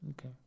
Okay